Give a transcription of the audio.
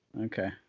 Okay